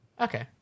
Okay